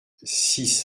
six